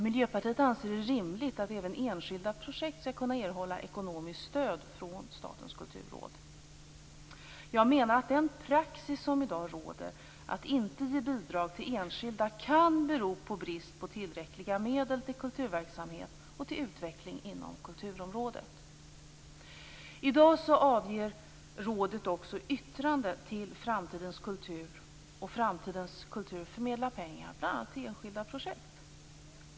Miljöpartiet anser det rimligt att även enskilda projekt skall kunna erhålla ekonomiskt stöd från Statens kulturråd. Jag menar att den praxis som i dag råder att inte ge bidrag till enskilda kan bero på brist på tillräckliga medel till kulturverksamhet och till utveckling inom kulturområdet. I dag avger rådet också yttrande till Framtidens kultur, och Framtidens kultur förmedlar pengar bl.a. till enskilda projekt.